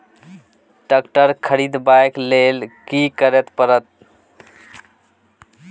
Tractor खरीदबाक लेल की करय परत?